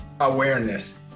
Awareness